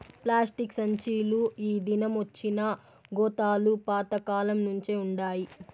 plastic సంచీలు ఈ దినమొచ్చినా గోతాలు పాత కాలంనుంచే వుండాయి